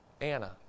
Anna